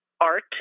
art